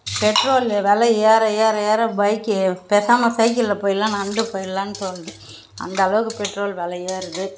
petrol வில ஏற ஏற ஏற பைக்கு பேசமா சைக்கிளில் போயில்லாம் நடந்து போயில்லான் தோணுது அந்த அளவுக்கு பெட்ரோல் விலை ஏறுது